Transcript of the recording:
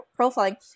profiling